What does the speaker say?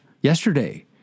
yesterday